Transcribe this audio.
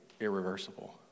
irreversible